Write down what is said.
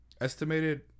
Estimated